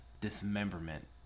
dismemberment